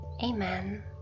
Amen